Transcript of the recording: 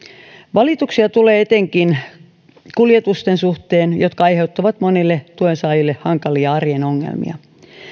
valituksia tulee etenkin kuljetusten suhteen jotka aiheuttavat monille tuensaajille hankalia arjen ongelmia